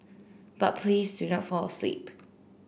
but please do not fall asleep